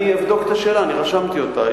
אני אבדוק את השאלה, אני רשמתי אותה.